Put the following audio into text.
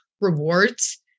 rewards